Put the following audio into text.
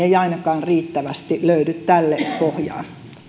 ei ainakaan riittävästi löydy tälle pohjaa